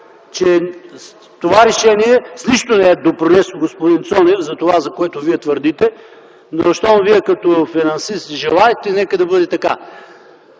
че това решение с нищо не е допринесло, господин Цонев, за това, за което Вие твърдите. Щом Вие като финансист желаете, нека да бъде така.